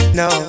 no